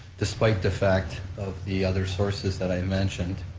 despite the fact of the other sources that i mentioned.